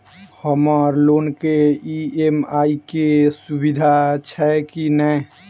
हम्मर लोन केँ ई.एम.आई केँ सुविधा छैय की नै?